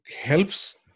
helps